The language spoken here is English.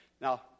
Now